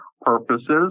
purposes